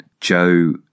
Joe